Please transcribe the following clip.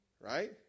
right